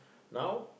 now